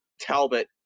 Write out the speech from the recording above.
Talbot